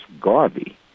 Garvey